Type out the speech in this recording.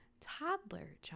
toddler